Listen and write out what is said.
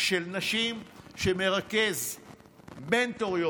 של נשים שמרכז מנטוריות.